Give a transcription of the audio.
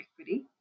equity